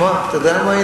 שמע, אתה יודע מה?